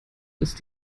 ist